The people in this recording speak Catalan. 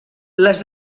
les